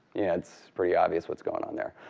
it's pretty obvious what's going on there.